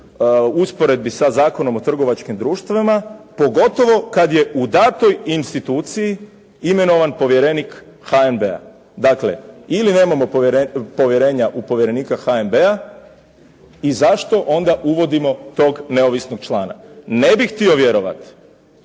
usporedbi sa Zakonom o trgovačkim društvima pogotovo kad je u danoj instituciji imenovan povjerenik HNB-a. Dakle, ili nemamo povjerenja u povjerenika HNB-a i zašto onda uvodimo tog neovisnog člana? Ne bih htio vjerovati